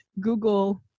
Google